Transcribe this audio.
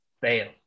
fail